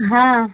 হ্যাঁ